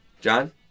John